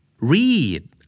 Read